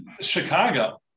Chicago